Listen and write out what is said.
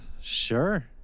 Sure